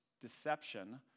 deception